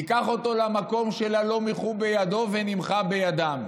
ניקח אותו למקום של ה"לא מיחו בידם" ונמחה בידם.